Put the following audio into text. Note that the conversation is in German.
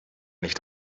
nicht